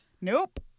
Nope